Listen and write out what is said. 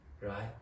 right